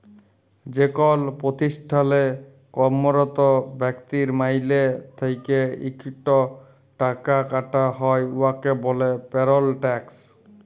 যেকল পতিষ্ঠালে কম্মরত ব্যক্তির মাইলে থ্যাইকে ইকট টাকা কাটা হ্যয় উয়াকে ব্যলে পেরল ট্যাক্স